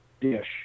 dish